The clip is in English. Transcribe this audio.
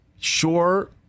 Sure